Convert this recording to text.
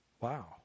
Wow